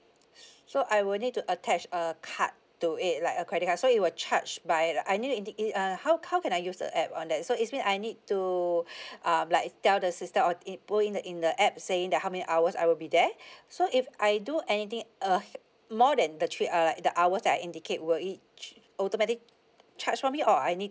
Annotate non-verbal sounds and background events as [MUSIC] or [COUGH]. so I will need to attach a card to it like a credit card so it will charge by I need to in~ uh how how can I use the app on that so it's mean I need to [BREATH] um like tell the system or in put in the in the app saying that how many hours I will be there [BREATH] so if I do anything uh more than the three uh like the hours that I indicate will it automatically charge for me or I need